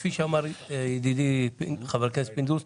כפי שאמר ידידי חבר הכנסת פינדרוס,